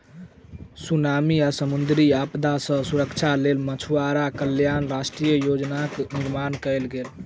tsunami आदि समुद्री आपदा सॅ सुरक्षाक लेल मछुआरा कल्याण राष्ट्रीय योजनाक निर्माण कयल गेल